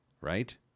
right